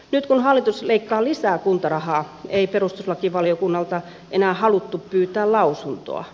nyt kun hallitus leikkaa lisää kuntarahaa ei perustuslakivaliokunnalta enää haluttu pyytää lausuntoa